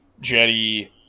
Jetty